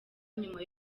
nyuma